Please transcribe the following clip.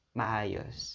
maayos